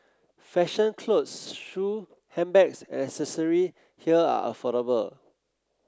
fashion clothes shoe handbags and accessory here are affordable